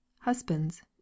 husbands